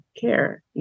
care